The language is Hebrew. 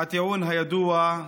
הטיעון הידוע,